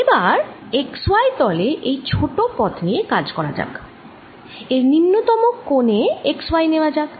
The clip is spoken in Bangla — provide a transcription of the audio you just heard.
এবার x y তলে এই ছোট পথ নিয়ে কাজ করা যাক এর নিম্নতম কোণে x y নেওয়া যাক